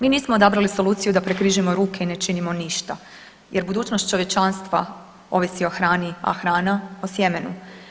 Mi nismo odabrali soluciju da prekrižimo ruke i ne činimo ništa jer budućnost čovječanstva ovisi o hrani, a hrana o sjemenu.